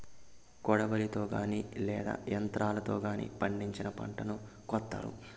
కొడవలితో గానీ లేదా యంత్రాలతో గానీ పండిన పంటను కోత్తారు